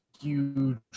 huge